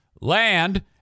land